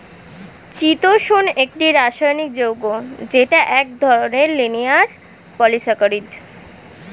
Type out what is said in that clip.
চিতোষণ একটি রাসায়নিক যৌগ যেটা এক ধরনের লিনিয়ার পলিসাকারীদ